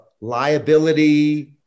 liability